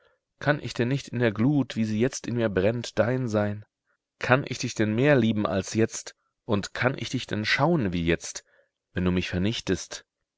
kann ich denn nicht in der glut wie sie jetzt in mir brennt dein sein kann ich dich denn mehr lieben als jetzt und kann ich dich denn schauen wie jetzt wenn du mich vernichtest